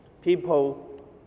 people